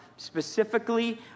Specifically